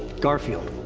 garfield.